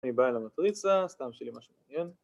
אני בא אל המטריצה, סתם שיהיה משהו מעניין